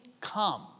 come